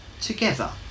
together